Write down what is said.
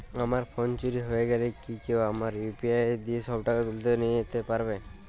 আমার ফোন চুরি হয়ে গেলে কি কেউ আমার ইউ.পি.আই দিয়ে সব টাকা তুলে নিতে পারবে?